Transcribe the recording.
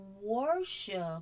Worship